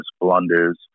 blunders